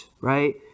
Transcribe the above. right